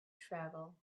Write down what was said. travel